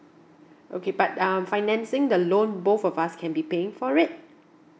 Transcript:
okay but um financing the loan both of us can be paying for it